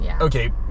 okay